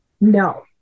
No